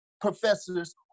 professors